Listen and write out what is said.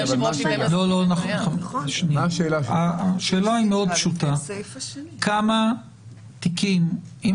השאלה שלי היא מאוד פשוטה: כמה תיקים כאלה היו?